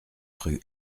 rue